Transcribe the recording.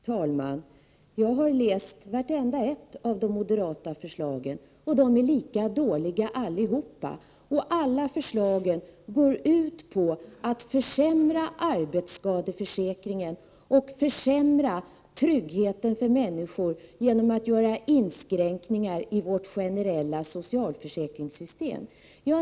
Herr talman! Jag har läst vartenda ett av de moderata förslagen, och de är lika dåliga allihop. Alla förslagen går ut på att försämra arbetsskadeförsäkringen och försämra tryggheten för människor genom att det skall göras inskränkningar i det generella socialförsäkringssystemet.